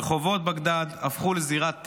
רחובות בגדאד הפכו לזירת טבח.